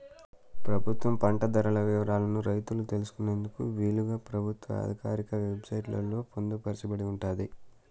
ప్రభుత్వం పంట ధరల వివరాలను రైతులు తెలుసుకునేందుకు వీలుగా ప్రభుత్వ ఆధికారిక వెబ్ సైట్ లలో పొందుపరచబడి ఉంటాది